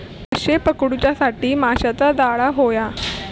माशे पकडूच्यासाठी माशाचा जाळां होया